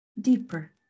deeper